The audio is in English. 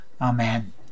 Amen